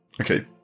Okay